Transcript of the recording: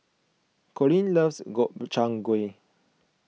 Colin loves Gobchang Gui